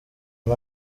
ndi